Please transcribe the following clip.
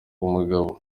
umugabo